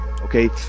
okay